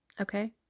Okay